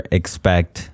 expect